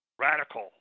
Radical